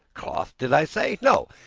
cloth, did i say? no,